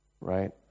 right